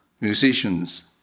musicians